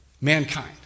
mankind